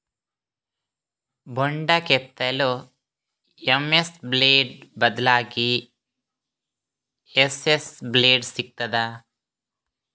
ಬೊಂಡ ಕೆತ್ತಲು MS blade ಬದ್ಲಾಗಿ ಎಸ್.ಎಸ್ ಬ್ಲೇಡ್ ಸಿಕ್ತಾದ?